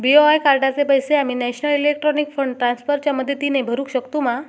BOI कार्डाचे पैसे आम्ही नेशनल इलेक्ट्रॉनिक फंड ट्रान्स्फर च्या मदतीने भरुक शकतू मा?